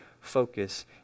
focus